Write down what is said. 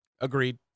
Agreed